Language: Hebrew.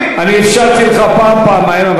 אני אפשרתי לך פעם-פעמיים,